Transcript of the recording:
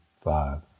five